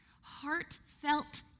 heartfelt